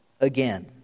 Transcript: again